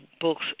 books